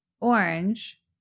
orange